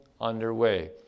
underway